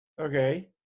okay